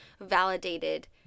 validated